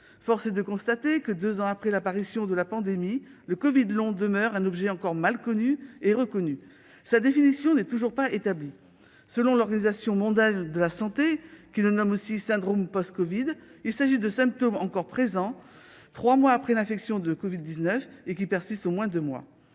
Force est de constater que, deux ans après l'apparition de la pandémie, le covid long est un objet encore mal connu et reconnu. Sa définition n'est toujours pas établie. Selon l'Organisation mondiale de la santé, qui le nomme aussi « syndrome post-covid », il s'agit de symptômes qui sont encore présents trois mois après l'infection de covid-19 et qui persistent au moins deux mois.